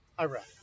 Iraq